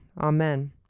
Amen